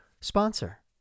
sponsor